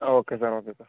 ആ okay sir okay sir